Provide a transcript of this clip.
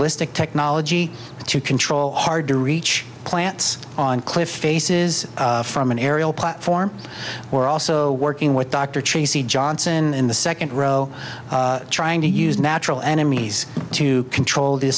ballistic technology to control hard to reach plants on cliff faces from an aerial platform we're also working with dr tracy johnson in the second row trying to use natural enemies to control the